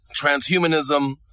transhumanism